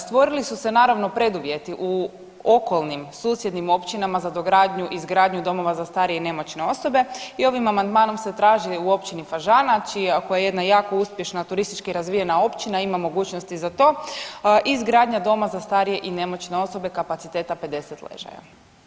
Stvorili su se naravno preduvjeti u okolnim susjednim općinama za dogradnju i izgradnju domova za starije i nemoćne osobe i ovim amandmanom se traži u općini Fažana koja je jedna jako uspješna turistička razvijena općina, ima mogućnosti za to i izgradnja doma za starije i nemoćne osobe kapaciteta 50 ležajeva.